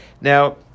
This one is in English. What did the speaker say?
Now